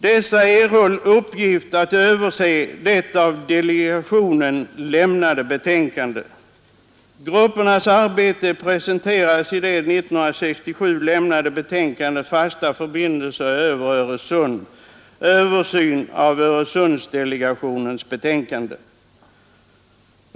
Dessa erhöll uppgift att överse det av delegationen lämnade betänkandet. Gruppernas arbete presenterades i det år 1967 avlämnade betänkandet ”Fasta förbindelser över Öresund, översyn av Öresundsdelegationens betänkande”.